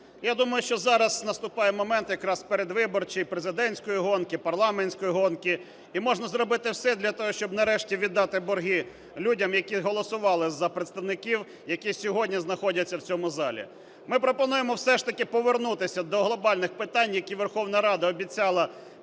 Я думаю, що зараз наступає момент якраз передвиборчий президентської гонки, парламентської гонки, і можна зробити все для того, щоб нарешті віддати борги людям, які голосували за представників, які сьогодні знаходяться в цьому залі. Ми пропонуємо все ж таки повернутися до глобальних питань, які Верховна Рада обіцяла